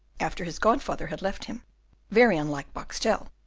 after his godfather had left him very unlike boxtel,